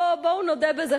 בואו נודה בזה,